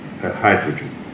hydrogen